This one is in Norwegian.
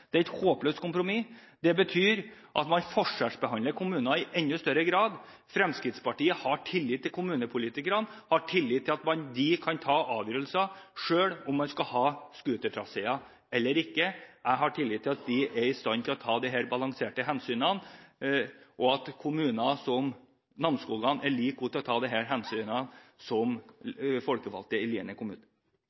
enda større grad. Fremskrittspartiet har tillit til kommunepolitikerne – tillit til at de kan ta avgjørelser selv om hvorvidt man skal ha snøscootertraseer eller ikke. Jeg har tillit til at de er i stand til å ta disse balanserte hensynene, og at en kommune som Namsskogan er like god til å ta disse hensynene som folkevalgte i Lierne kommune.